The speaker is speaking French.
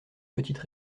petites